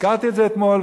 הזכרתי את זה אתמול,